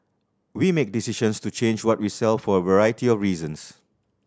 we make decisions to change what we sell for a variety of reasons